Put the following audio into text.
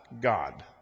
God